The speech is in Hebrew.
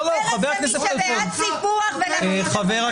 הבנתי שהיית חולה בקורונה, אז ברוך רופא